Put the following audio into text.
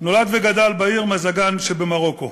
נולד וגדל בעיר מזאגאן שבמרוקו,